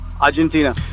Argentina